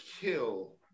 kill